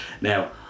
Now